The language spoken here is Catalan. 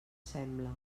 sembla